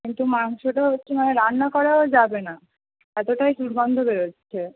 কিন্তু মাংসটা হচ্চে মানে রান্না করাও যাবে না এতটাই দুর্গন্ধ বেরোচ্ছে